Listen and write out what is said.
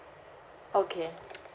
okay